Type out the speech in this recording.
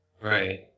Right